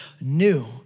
new